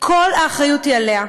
כל האחריות היא עליה,